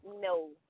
no